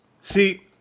See